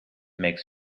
makes